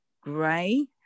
grey